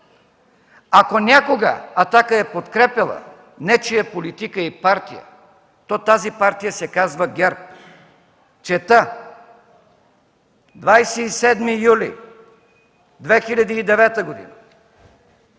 Ако някога „Атака” е подкрепяла нечия политика и партия, то тази партия се казва ГЕРБ. Чета, 27 юли 2009 г.: